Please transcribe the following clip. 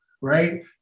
right